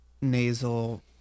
nasal